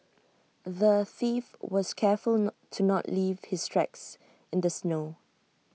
the thief was careful not to not leave his tracks in the snow